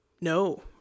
No